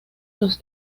los